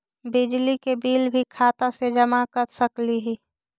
बिजली के बिल भी खाता से जमा कर सकली ही?